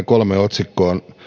kolme otsikko on